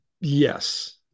yes